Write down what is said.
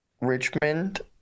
richmond